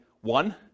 one